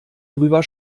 drüber